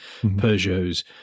Peugeots